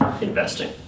investing